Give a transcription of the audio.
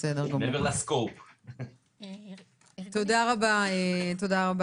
בסדר גמור, תודה רבה אייל.